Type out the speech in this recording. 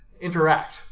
interact